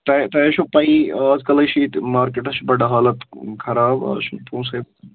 تۄہہِ تۄہہِ حظ چھُو پَیی آز کَل حظ چھِ ییٚتہِ مارکیٹَس چھِ بَڑٕ حالت خراب آز چھُنہٕ پونٛسٕے